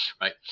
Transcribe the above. right